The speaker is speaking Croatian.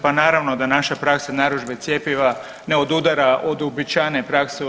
Pa naravno da naša praksa narudžbe cjepiva ne odudara od uobičajene prakse u EU.